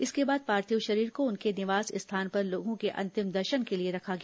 इसके बाद पार्थिव शरीर को उनके निवास स्थान पर लोगों के अंतिम दर्शन के लिए रखा गया